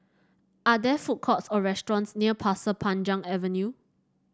are there food courts or restaurants near Pasir Panjang Avenue